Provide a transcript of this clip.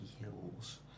hills